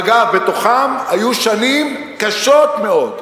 אגב, בתוכן היו שנים קשות מאוד.